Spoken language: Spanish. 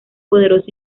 poderoso